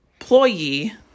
employee